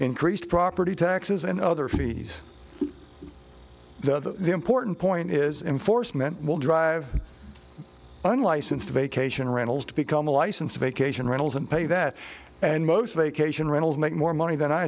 increased property taxes and other fees the important point is in force men will drive unlicensed vacation rentals to become a license to vacation rentals and pay that and most vacation rentals make more money than i